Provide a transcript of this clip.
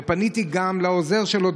ופניתי גם לעוזר שלו,